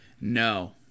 no